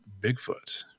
Bigfoot